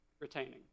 Retaining